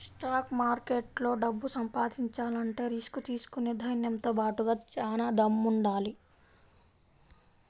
stock మార్కెట్లో డబ్బు సంపాదించాలంటే రిస్క్ తీసుకునే ధైర్నంతో బాటుగా చానా దమ్ముండాలి